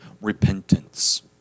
repentance